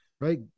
right